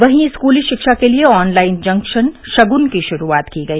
वहीं स्कूली शिक्षा के लिए ऑनलाइन जंक्शन शगुन की शुरुआत की गई